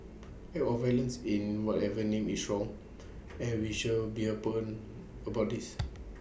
acts of violence in whatever name is wrong and we should be open about this